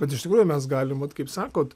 bet iš tikrųjų mes galim vat kaip sakot